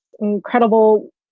incredible